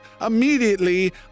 immediately